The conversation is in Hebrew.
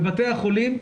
בבתי החולים,